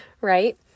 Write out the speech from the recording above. right